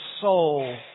soul